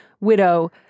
widow